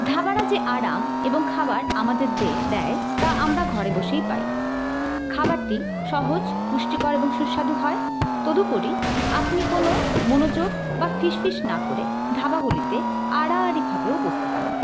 ধাবারা যে আরাম এবং খাবার আমাদের দে দেয় তা আমরা ঘরে বসেই পাই খাবারটি সহজ পুষ্টিকর এবং সুস্বাদু হয় তদুপরি আপনি কোনো মনোযোগ বা ফিসফিস না করে ধাবাগুলিতে আড়াআড়িভাবেও বসতে পারেন